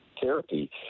therapy